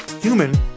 human